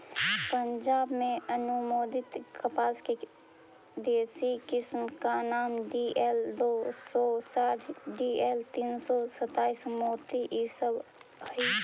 पंजाब में अनुमोदित कपास के देशी किस्म का नाम डी.एल दो सौ साठ डी.एल तीन सौ सत्ताईस, मोती इ सब हई